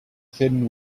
thin